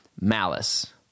malice